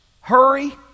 hurry